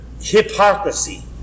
hypocrisy